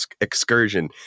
excursion